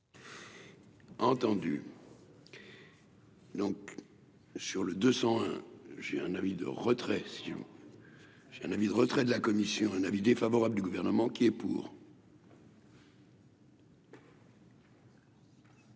Entendu donc. Sur le 200 hein, j'ai un avis de retrait si j'ai un avis de retrait de la commission, un avis défavorable du gouvernement qui est pour.